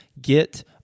get